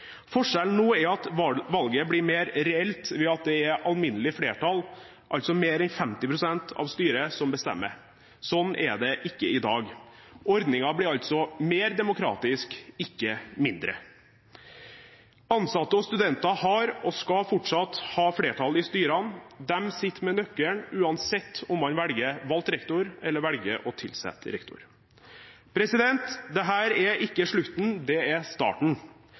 Forskjellen nå er at valget blir mer reelt, ved at det er alminnelig flertall, altså mer enn 50 pst. av styret, som bestemmer. Slik er det ikke i dag. Ordningen blir altså mer demokratisk, ikke mindre. Ansatte og studenter har, og skal fortsatt ha, flertall i styrene. De sitter med nøkkelen, uansett om man velger valgt rektor eller velger å tilsette rektor. Dette er ikke slutten, det er starten.